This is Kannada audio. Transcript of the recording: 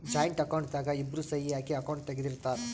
ಜಾಯಿಂಟ್ ಅಕೌಂಟ್ ದಾಗ ಇಬ್ರು ಸಹಿ ಹಾಕಿ ಅಕೌಂಟ್ ತೆಗ್ದಿರ್ತರ್